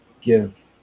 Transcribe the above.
give